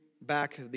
back